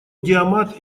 диамат